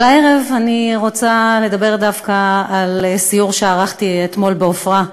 אבל הערב אני רוצה לדבר דווקא על סיור שערכתי אתמול בעפרה,